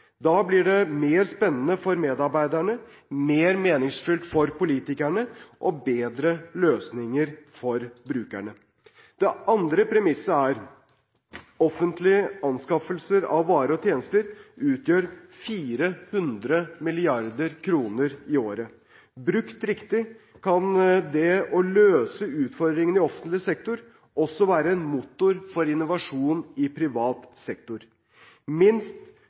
Da blir det mer spennende for medarbeiderne, mer meningsfylt for politikerne og bedre løsninger for brukerne. Det andre premisset er: Offentlige anskaffelser av varer og tjenester utgjør 400 mrd. kr i året. Brukt riktig kan det å løse utfordringene i offentlig sektor også være en motor for innovasjon i privat sektor. Minst